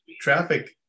traffic